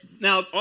now